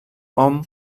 hom